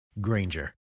Granger